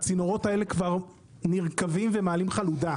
הצינורות האלה כבר נרקבים ומעלים חלודה.